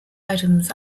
items